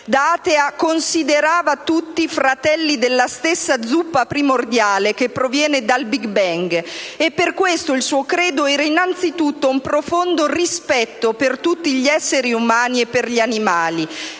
atea, considerava tutti fratelli della stessa zuppa primordiale che proviene dal Big Bang, e per questo il suo credo era innanzitutto un profondo rispetto per tutti gli esseri umani e per gli animali.